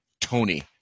Tony